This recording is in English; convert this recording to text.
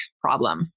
problem